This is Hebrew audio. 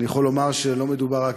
אני יכול לומר שלא מדובר רק